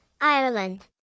Ireland